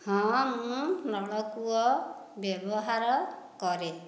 ହଁ ମୁଁ ନଳକୂଅ ବ୍ୟବହାର କରେ